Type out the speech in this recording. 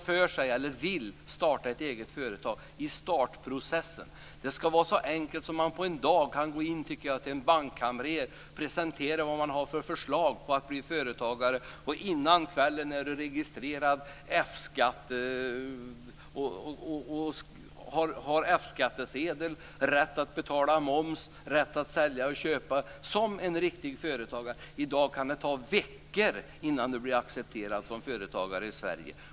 För den som vill starta ett eget företag ska det, tycker jag, i startprocessen vara så enkelt att vederbörande kan gå in till en bankkamrer och presentera sitt företagarförslag och före kvällen samma dag vara registrerad, med F-skattsedel och rätt att betala moms och att sälja och köpa som en riktig företagare. Som det är i dag kan det ju ta veckor innan man blir accepterad som företagare i Sverige.